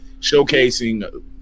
showcasing